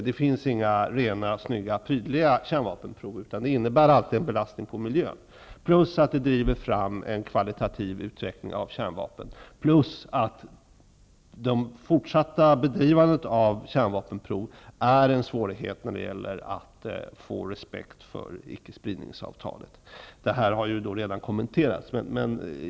Det finns inga rena, snygga och prydliga kärnvapenprov. De innebär alltid en belastning på miljön, plus att de driver fram en kvalitativ utveckling av kärnvapen, samt att det fortsatta bedrivandet av kärnvapenprov gör det svårare att få respekt för icke-spridningsavtalet. Det här har redan kommenterats.